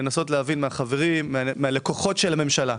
לנסות להבין מהלקוחות של הממשלה,